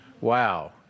wow